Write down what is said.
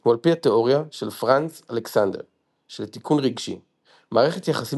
הוא עפ"י התאוריה של Franz Alexander של תיקון רגשי – מערכת יחסים